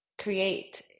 Create